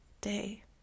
day